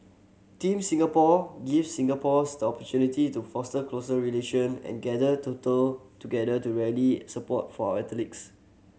Team Singapore gives Singaporeans opportunity to foster closer relation and gather total together to rally support for our athletes